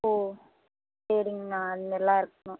ஓ சரிங்கண்ணா அதுமாரிலாம் இருக்கணும்